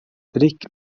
drick